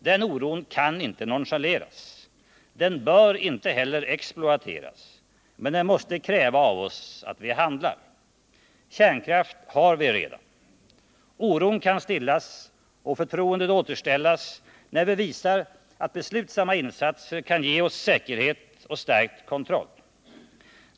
Den oron kan inte nonchaleras och den bör inte heller exploateras, men den måste kräva av oss att vi handlar. Kärnkraft har vi redan. Oron kan stillas och förtroendet återställas när vi visar att beslutsamma insatser kan ge oss säkerhet och stärkt kontroll.